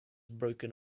broken